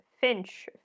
finch